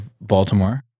Baltimore